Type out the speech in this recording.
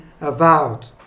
avowed